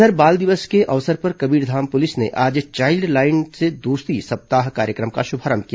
इधर बाल दिवस के अवसर पर कबीरधाम पुलिस ने आज चाइल्ड लाइन से दोस्ती सप्ताह कार्यक्रम का श्भारंभ किया